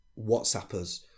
whatsappers